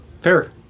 fair